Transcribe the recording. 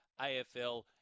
AFL